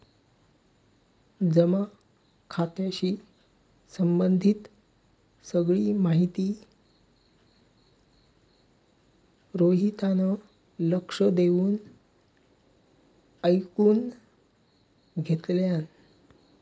जमा खात्याशी संबंधित सगळी माहिती रोहितान लक्ष देऊन ऐकुन घेतल्यान